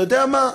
אתה יודע מה,